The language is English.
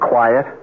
Quiet